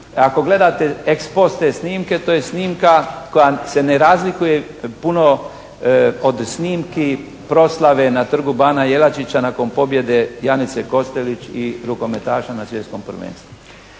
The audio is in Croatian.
Ako gledate ex post te snimke to je snimka koja se ne razlikuje puno od snimki proslave na Trgu bana Jelačića nakon pobjede Janice Kostelić i rukometaša na svjetskom prvenstvu.